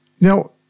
Now